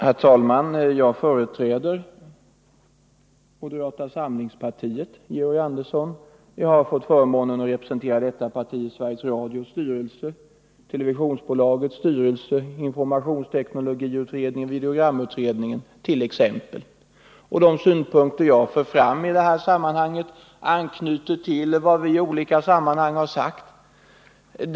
Herr talman! Jag företräder, Georg Andersson, moderata samlingspartiet Torsdagen den och har fått förmånen att representera detta parti i t.ex. Sveriges Radios 13 mars 1980 styrelse, televisionsbolagets styrelse samt i informationsteknologiutredningen och videogramutredningen. De synpunkter som jag för fram i detta sammanhang anknyter till vad vi vid olika tillfällen har sagt.